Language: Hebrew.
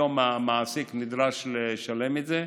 כיום המעסיק נדרש לשלם את זה,